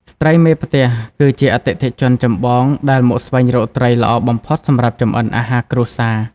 ស្ត្រីមេផ្ទះ គឺជាអតិថិជនចម្បងដែលមកស្វែងរកត្រីល្អបំផុតសម្រាប់ចម្អិនអាហារគ្រួសារ។